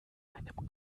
einem